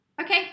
Okay